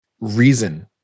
reason